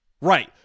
Right